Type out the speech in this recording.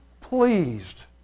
pleased